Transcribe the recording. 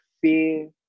fear